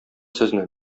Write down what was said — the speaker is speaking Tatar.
сезне